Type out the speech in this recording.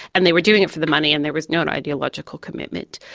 and they were doing it for the money and there was no ideological commitment.